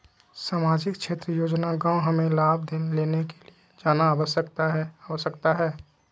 सामाजिक क्षेत्र योजना गांव हमें लाभ लेने के लिए जाना आवश्यकता है आवश्यकता है?